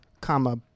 comma